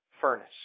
furnace